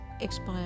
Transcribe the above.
expire